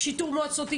שיטור במועצות,